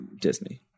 disney